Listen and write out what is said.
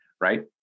right